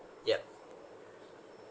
yup